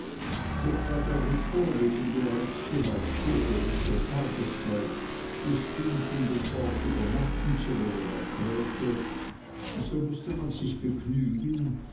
da der ritter wegen bereits zu weit vorgerückter tageszeit bestimmt in dem ort übernachten zu wollen erklärte so mußte man sich begnügen